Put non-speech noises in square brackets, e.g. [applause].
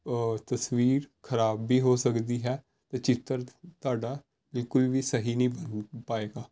ਤਸਵੀਰ ਖਰਾਬ ਵੀ ਹੋ ਸਕਦੀ ਹੈ ਅਤੇ ਚਿੱਤਰ ਤੁਹਾਡਾ ਬਿਲਕੁਲ ਵੀ ਸਹੀ ਨਹੀਂ [unintelligible] ਪਾਵੇਗਾ